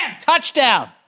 touchdown